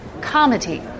comedy